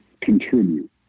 contribute